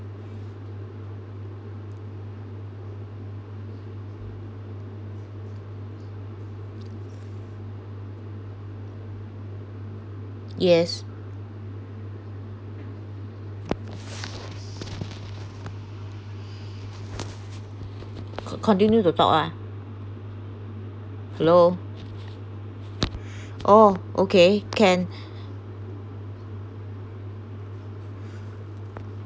yes continue the talk ah hello oh okay can